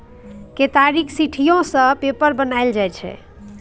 केतारीक सिट्ठीयो सँ पेपर बनाएल जाइ छै